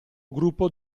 gruppo